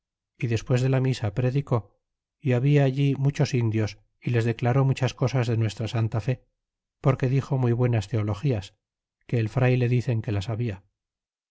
fi despees de la misa predicó y habla alli muchos indios y les declaró muchas cosas de nuestra santa fe porque dixo muy buenas teologías que el frayle dicen que la